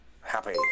happy